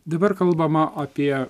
dabar kalbama apie